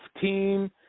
team